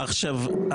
עכשיו,